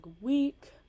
week